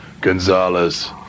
Gonzalez